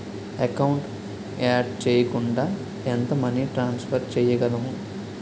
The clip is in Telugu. ఎకౌంట్ యాడ్ చేయకుండా ఎంత మనీ ట్రాన్సఫర్ చేయగలము?